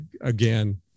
again